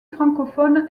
francophone